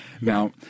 Now